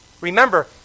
Remember